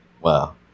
Wow